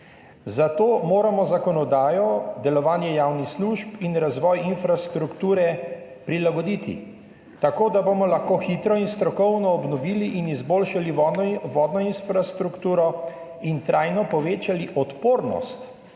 zato moramo zakonodajo, delovanje javnih služb in razvoj infrastrukture prilagoditi tako, da bomo lahko hitro in strokovno obnovili in izboljšali vodno infrastrukturo in trajno povečali odpornost